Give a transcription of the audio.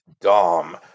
Dom